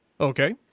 Okay